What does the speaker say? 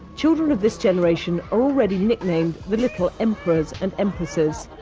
children of this generation are already nicknamed the little emperors and empresses.